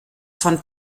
von